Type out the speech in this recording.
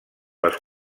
les